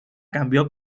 cambió